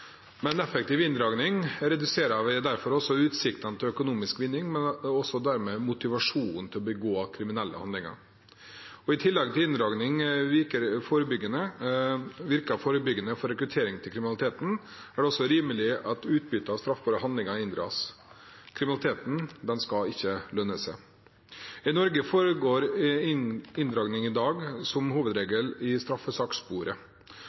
effektiv inndragning reduserer vi dermed utsiktene til økonomisk vinning og dermed motivasjonen til å begå kriminelle handlinger. I tillegg til at inndragning virker forebyggende for rekruttering til kriminaliteten, er det også rimelig at utbyttet av straffbare handlinger inndras. Kriminalitet skal ikke lønne seg. I Norge foregår det inndragning i dag som hovedregel i straffesakssporet.